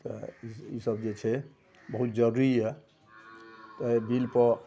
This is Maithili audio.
तऽ ईसब जे छै बहुत जरूरी यऽ तऽ एहि बिलपर